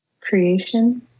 Creation